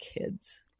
kids